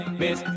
miss